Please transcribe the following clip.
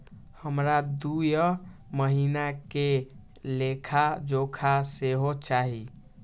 हमरा दूय महीना के लेखा जोखा सेहो चाही